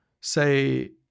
say